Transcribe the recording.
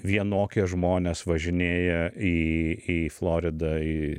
vienokie žmonės važinėja į į floridą į